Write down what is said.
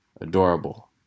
Adorable